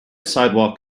sidewalk